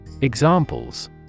Examples